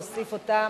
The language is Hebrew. להוסיף אותנו.